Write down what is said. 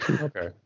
okay